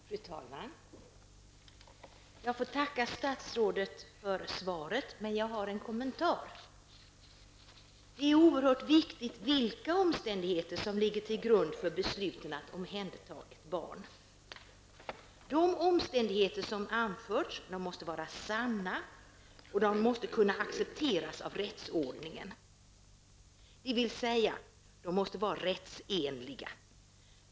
Fru talman! Jag får tacka statsrådet för svaret, men jag har en kommentar. Det är oerhört viktigt att se vilka omständigheter som ligger till grund för beslutet att omhänderta ett barn. De omständigheter som anförs måste vara sanna, de måste kunna accepteras av rättsordningen, dvs. att de måste vara rättsenliga.